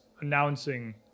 announcing